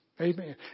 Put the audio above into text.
Amen